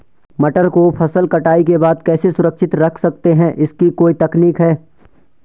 मटर को फसल कटाई के बाद कैसे सुरक्षित रख सकते हैं इसकी कोई तकनीक है?